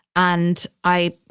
and i,